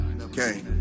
Okay